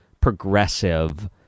progressive